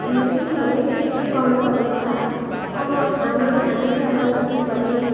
हामीले सिक्यौँ भने केही गर्नु सकिन्छ अब हाम्रो हामीले अगर सिक्यौँ भने